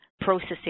processing